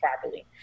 properly